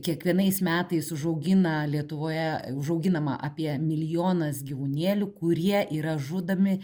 kiekvienais metais užaugina lietuvoje užauginama apie milijonas gyvūnėlių kurie yra žudomi